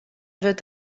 wurdt